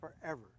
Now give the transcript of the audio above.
forever